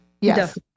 Yes